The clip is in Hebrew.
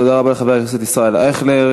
תודה רבה לחבר הכנסת ישראל אייכלר.